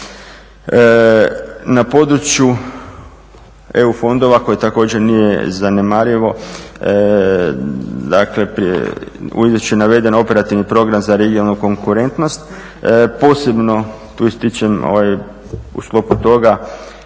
Na području EU fondova koje također nije zanemarivo dakle u izvješću je navedeno operativni program za regionalnu konkurentnost. Posebno tu ističem u sklopu toga